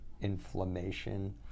inflammation